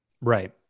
Right